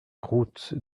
route